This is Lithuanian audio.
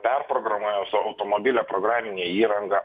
perprogramuoja visą automobilio programinę įranga